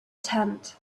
tent